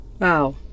wow